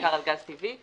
בעיקר על גז טבעי,